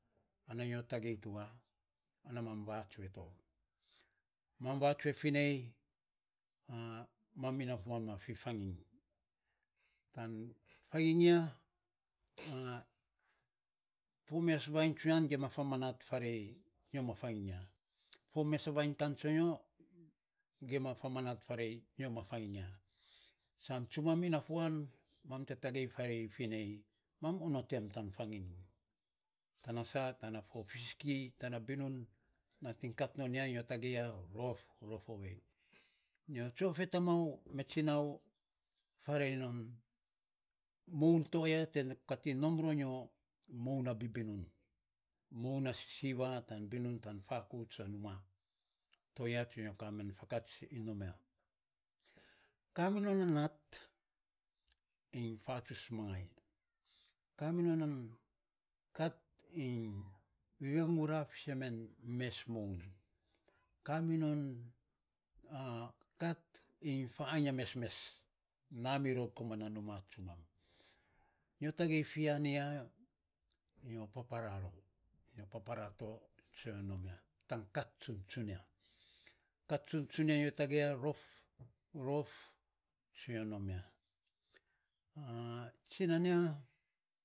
Ana nyo tagei toya, ana mam vatsue to. Mam vantsue finei mam inafuan ma fifanging. Tan fanging ya fo mes vainy fainy tsunia gima famanat farei nyo ma fanging ya. Fo mes vainy kan tsonyo gima famanat farei nyo ma fanging ya. San tsumam inafuan mam te tagei farei finei mam onot em tan fanging. Tana sa tana fo fisiki tana fo binun nating kat non ya nyo tagei ya, rof rof ovei. Nyotsue of e tamau me tsinau farei moun to ya kating nom ro nyo, moun na bibinum. Moun na sisiva tan binun tan fakouts a numa. To ya san nyo kamen fakats iny nom ya. Kaminon na nat iny fatsuts mangai kaminon na kat iny vivangura ifisen men mes moun. Kaminon kat iny faainy ya mesmes namiror komana numa tsumam. Nyo tagei fi ya niya nyo papara rou nyo papra to sana nyo nom ya tan kat tsunia. Kat tsunia nyo ya rof sa nyo nomya. Tsinan ya.